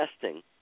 testing